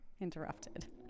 interrupted